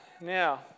Now